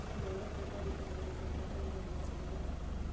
direct deposit ಅಂದ್ರ ಒಬ್ರು ಖಾತೆ ಒಳಗ ಡೈರೆಕ್ಟ್ ದುಡ್ಡು ಹಾಕೋದು